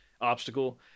obstacle